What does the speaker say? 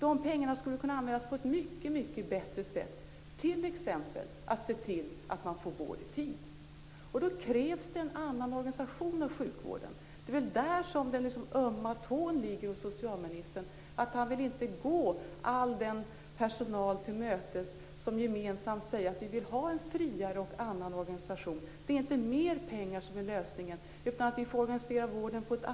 De pengarna skulle kunna användas på ett mycket bättre sätt, t.ex. att se till att man kan få vård i tid. Det krävs en annan organisation av sjukvården. Det är väl där den ömma tån finns hos socialministern, dvs. att han inte vill gå all den personal till mötes som gemensamt säger att de vill ha en friare organisation. Det är inte mer pengar, utan en annorlunda organiserad sjukvård.